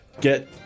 get